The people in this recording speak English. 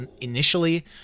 initially